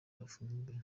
bafunzwe